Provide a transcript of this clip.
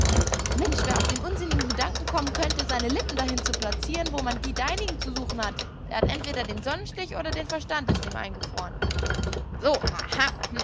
mensch wer auf den unsinnigen gedanken kommen könnte seine lippen dahin zu plazieren wo man die deinigen zu suchen hat der hat entweder den sonnenstich oder der verstand ist ihm eingefroren so